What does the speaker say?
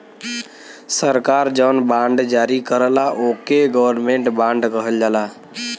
सरकार जौन बॉन्ड जारी करला ओके गवर्नमेंट बॉन्ड कहल जाला